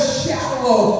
shallow